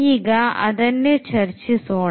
ಈಗ ಅದನ್ನೇ ಚರ್ಚಿಸೋಣ